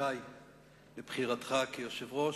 ברכותי לבחירתך כיושב-ראש,